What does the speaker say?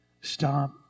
Stop